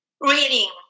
reading